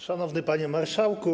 Szanowny Panie Marszałku!